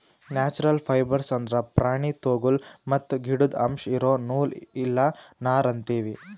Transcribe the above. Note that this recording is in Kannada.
ನ್ಯಾಚ್ಛ್ರಲ್ ಫೈಬರ್ಸ್ ಅಂದ್ರ ಪ್ರಾಣಿ ತೊಗುಲ್ ಮತ್ತ್ ಗಿಡುದ್ ಅಂಶ್ ಇರೋ ನೂಲ್ ಇಲ್ಲ ನಾರ್ ಅಂತೀವಿ